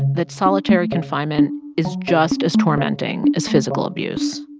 that solitary confinement is just as tormenting as physical abuse.